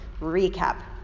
recap